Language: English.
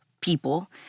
people